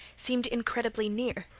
seemed incredibly near.